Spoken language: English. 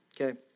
okay